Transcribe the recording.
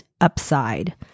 Upside